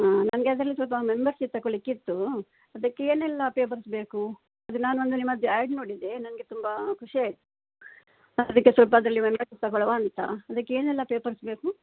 ಹಾಂ ನನಗೆ ಅದರಲ್ಲಿ ಸ್ವಲ್ಪ ಮೆಂಬರ್ಶಿಪ್ ತಗೋಳಿಕ್ಕೆ ಇತ್ತು ಅದಕ್ಕೆ ಏನೆಲ್ಲ ಪೇಪರ್ಸ್ ಬೇಕು ಅದೆ ನಾನು ಅಂದರೆ ನಿಮ್ಮದು ಆ್ಯಡ್ ನೋಡಿದೆ ನನಗೆ ತುಂಬ ಖುಷಿ ಆಯ್ತು ಅದಕ್ಕೆ ಸ್ವಲ್ಪ ಅದರಲ್ಲಿ ಮೆಂಬರ್ಶಿಪ್ ತಗೊಳುವ ಅಂತ ಅದಕ್ಕೆ ಏನೆಲ್ಲ ಪೇಪರ್ಸ್ ಬೇಕು